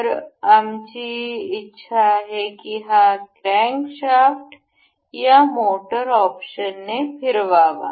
तर आमची इच्छा आहे की हा क्रॅन्कशाफ्ट या मोटर ऑप्शनने फिरवावा